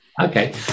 Okay